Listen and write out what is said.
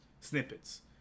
snippets